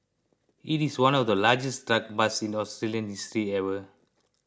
it is one of the largest drug busts in Australian history ever